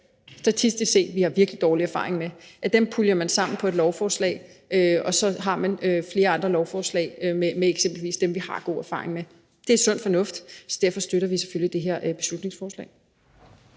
statistisk ved at vi har virkelig dårlig erfaring med, puljer man sammen på et lovforslag, og så har man flere andre lovforslag med eksempelvis dem, vi har god erfaring med. Det er sund fornuft, så derfor støtter vi selvfølgelig det her beslutningsforslag.